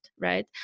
right